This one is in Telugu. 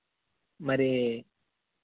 మరి